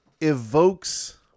evokes